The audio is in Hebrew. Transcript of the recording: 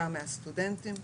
גם מהסטודנטים,